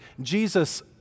Jesus